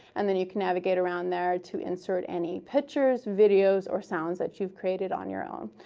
and then you can navigate around there to insert any pictures, videos or sounds that you've created on your own.